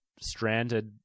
stranded